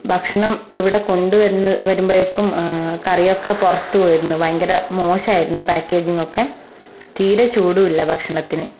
ഭക്ഷണം ഇവിടെ കൊണ്ടു വരുന്ന വരുമ്പോഴേക്കും കറിയൊക്കെ പുറത്ത് പോയിരുന്നു ഭയങ്കര മോശമായിരുന്നു പാക്കേജിങ് ഒക്കെ തീരെ ചൂടുമില്ല ഭക്ഷണത്തിന്